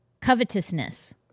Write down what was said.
covetousness